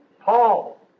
Paul